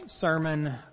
sermon